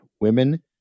women